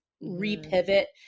re-pivot